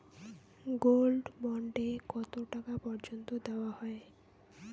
Gold bond এ কতো টাকা পর্যন্ত দেওয়া হয়?